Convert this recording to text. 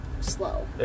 slow